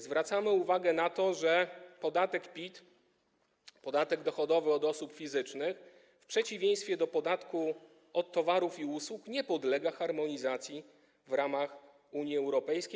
Zwracamy uwagę na to, że podatek PIT, podatek dochodowy od osób fizycznych, w przeciwieństwie do podatku od towarów i usług nie podlega harmonizacji w ramach Unii Europejskiej.